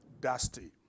dusty